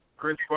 Chris